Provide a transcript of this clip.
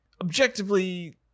objectively